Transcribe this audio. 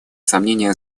сомнения